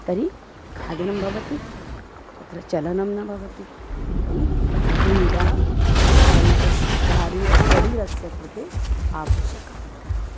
तर्हि खादनं भवति तत्र चलनं न भवति तर्हि क्रीडा शारीरिकः शारीरं शरीरस्य कृते आवश्यकी